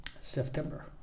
September